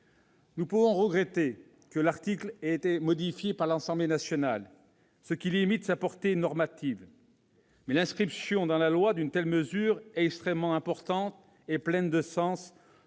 Nous pouvons regretter que l'article ait été modifié par l'Assemblée nationale, ce qui limite sa portée normative, mais l'inscription dans la loi d'une telle mesure est extrêmement importante et pleine de sens